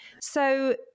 So-